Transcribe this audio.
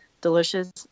delicious